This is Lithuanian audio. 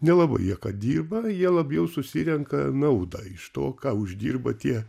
nelabai jie ką dirba jie labiau susirenka naudą iš to ką uždirba tie